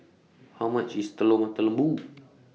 How much IS Telur Mata Lembu